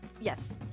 Yes